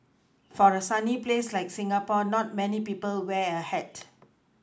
for a sunny place like Singapore not many people wear a hat